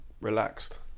relaxed